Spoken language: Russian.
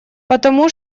потому